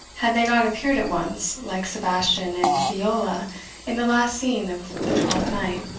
had they not appeared at once, like sebastian and viola in the last scene of the twelfth night,